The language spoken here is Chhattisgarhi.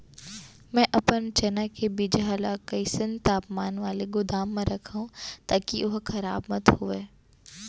मैं अपन चना के बीजहा ल कइसन तापमान वाले गोदाम म रखव ताकि ओहा खराब मत होवय?